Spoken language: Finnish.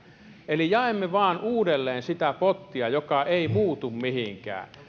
eli jaamme vain uudelleen sitä pottia joka ei muutu mihinkään